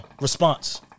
response